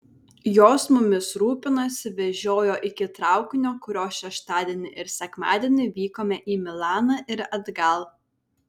jos mumis rūpinosi vežiojo iki traukinio kuriuo šeštadienį ir sekmadienį vykome į milaną ir atgal